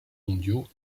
mondiaux